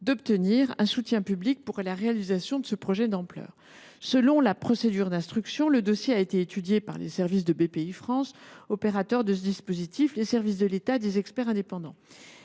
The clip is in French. d’obtenir un soutien public pour la réalisation de ce projet d’ampleur. Selon la procédure d’instruction, le dossier a été étudié par les services de Bpifrance, opérateur de ce dispositif, les services de l’État et des experts indépendants.